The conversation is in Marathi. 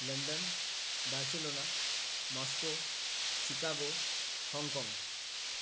London Barcelona Moscow Chicago Hong काँग